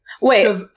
Wait